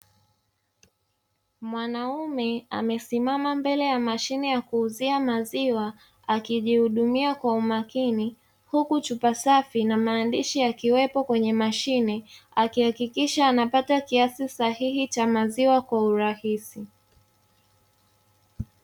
Mwanaume amesimama mbele ya mashine ya kuuzia na maziwa akijihudumia kwa umakini. Huku chupa safi na maandishi yakiwepo kwenye mashine, akihakikisha anapata kiasi sahihi cha maziwa kwa urahisi.